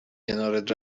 کنارت